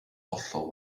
hollol